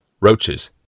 Roaches